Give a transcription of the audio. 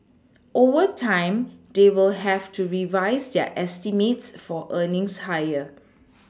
over time they will have to revise their estimates for earnings higher